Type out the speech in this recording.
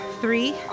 Three